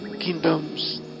kingdoms